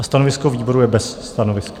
A stanovisko výboru je bez stanoviska.